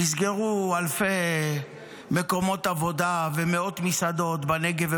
נסגרו אלפי מקומות עבודה ומאות מסעדות בנגב,